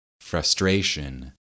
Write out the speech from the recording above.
frustration